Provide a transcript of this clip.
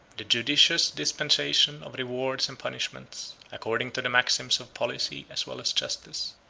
the judicious dispensation of rewards and punishments, according to the maxims of policy as well as justice,